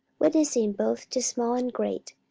witnessing both to small and great,